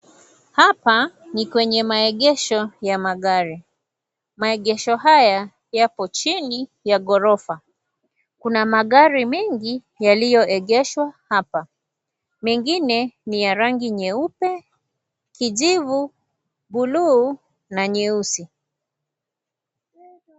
Hapa ni kwenye maegesho ya magari. Maegesho haya yapo chini ya ghorofa. Kuna magari mengi yaliyoegeshwa hapa. Mengine ni ya rangi nyeupe, kijivu, buluu na nyeusi.